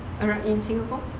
around in singapore